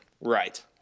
Right